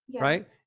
right